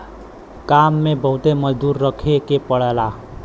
काम में बहुते मजदूर रखे के पड़ला